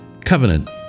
Covenant